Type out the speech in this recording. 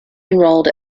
enrolled